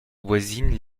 avoisinent